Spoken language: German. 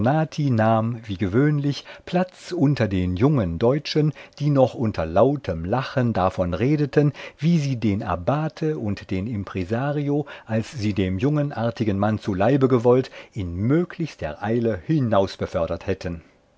nahm wie gewöhnlich platz unter den jungen deutschen die noch unter lautem lachen davon redeten wie sie den abbate und den impresario als sie dem jungen artigen mann zu leibe gewollt in möglichster eile hinausbefördert hätten